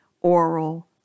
oral